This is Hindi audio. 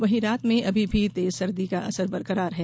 वहीं रात में अभी भी तेज सर्दी का असर बरकरार है